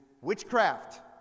witchcraft